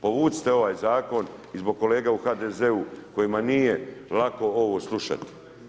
Povucite ovaj Zakon i zbog kolega u HDZ-u kojima nije lako ovo slušati.